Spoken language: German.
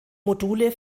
module